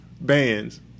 bands